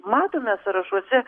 matome sąrašuose